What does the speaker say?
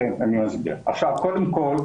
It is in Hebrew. קודם כול,